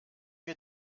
mir